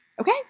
Okay